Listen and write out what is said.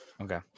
okay